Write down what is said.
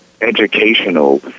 educational